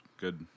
good